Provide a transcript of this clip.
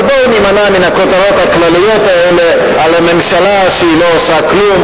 אבל בואו נימנע מן הכותרות הכלליות האלה על הממשלה שלא עושה כלום.